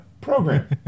program